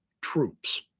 troops